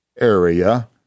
area